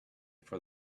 for